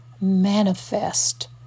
manifest